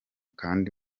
kandi